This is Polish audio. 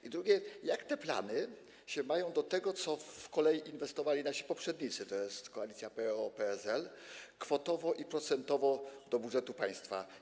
I drugie: Jak te plany mają się do tego, ile w kolej inwestowali nasi poprzednicy, tj. koalicja PO-PSL, kwotowo i procentowo z budżetu państwa?